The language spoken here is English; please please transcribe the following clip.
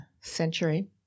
century